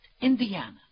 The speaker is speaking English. Indiana